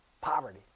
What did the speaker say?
poverty